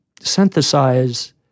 synthesize